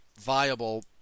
viable